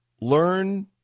Learn